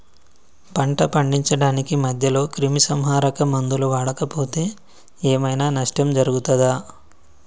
పంట పండించడానికి మధ్యలో క్రిమిసంహరక మందులు వాడకపోతే ఏం ఐనా నష్టం జరుగుతదా?